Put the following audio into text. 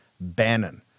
Bannon